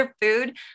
food